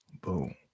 Boom